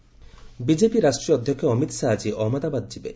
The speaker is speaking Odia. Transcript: ଅମିତ ଶାହା ଗୁଜୁରାଟ ବିଜେପି ରାଷ୍ଟ୍ରୀୟ ଅଧ୍ୟକ୍ଷ ଅମିତ ଶାହା ଆଜି ଅହମ୍ମଦାବାଦ ଯିବେ